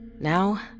Now